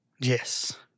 Yes